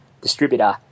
distributor